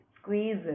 squeeze